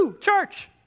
church